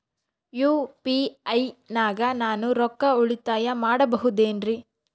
UPI ನಾಗ ನಾನು ರೊಕ್ಕ ಉಳಿತಾಯ ಮಾಡಬಹುದೇನ್ರಿ?